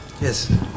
Yes